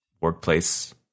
workplace